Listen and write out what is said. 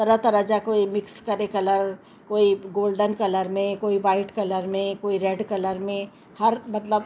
तरह तरह जा कोई मिक्स करे कलर कोई गोल्डन कलर में कोई व्हाइट कलर में कोई रेड कलर में हर मतिलबु